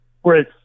Whereas